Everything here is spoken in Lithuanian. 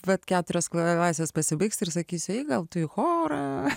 bet keturios klasės pasibaigs ir sakysiu gal tu į chorą